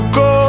go